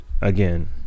again